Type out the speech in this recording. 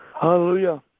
Hallelujah